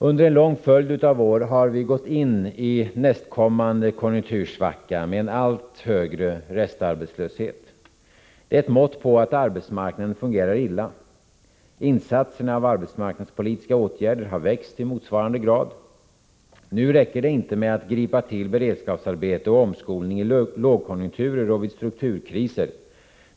Under en lång följd av år har vi gått in i nästkommande konjunktursvacka med en allt högre restarbetslöshet. Det är ett mått på att arbetsmarknaden fungerar illa. Insatser av arbetsmarknadspolitiska åtgärder har växt i motsvarande grad. Nu räcker det inte med att gripa till beredskapsarbete och omskolning i lågkonjunkturer och vid strukturkriser.